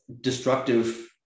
destructive